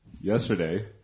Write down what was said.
Yesterday